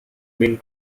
been